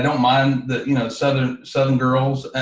and mind that you know southern southern girls,